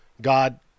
God